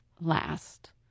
last